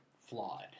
flawed